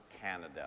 Canada